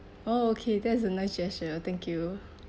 oh okay that's a nice gesture thank you